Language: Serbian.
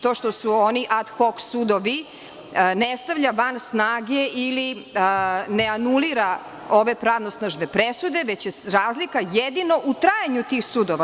To što su oni ad hok sudovi ne stavlja van snage ili ne anulira ove pravosnažne presude, već je razlika jedino u trajanju tih sudova.